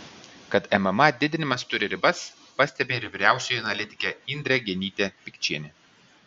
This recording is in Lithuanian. kad mma didinimas turi ribas pastebi ir vyriausioji analitikė indrė genytė pikčienė